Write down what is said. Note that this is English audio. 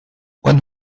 when